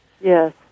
Yes